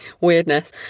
weirdness